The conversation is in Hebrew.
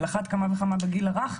על אחת כמה וכמה בגיל הרך,